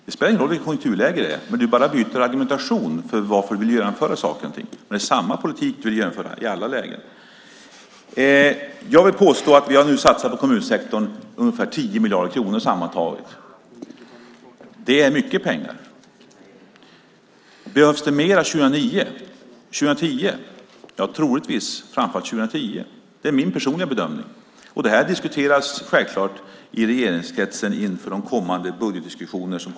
Det spelar ingen roll vilket konjunkturläge det är. Du bara byter argumentation för varför du vill genomföra saker och ting, men det är samma politik du vill genomföra i alla lägen. Vi har nu satsat ungefär 10 miljarder kronor sammantaget på kommunsektorn. Det är mycket pengar. Behövs det mer 2009 och 2010? Troligtvis, och framför allt 2010. Det är min personliga bedömning. Det diskuteras självklart i regeringskretsen inför de kommande budgetdiskussionerna.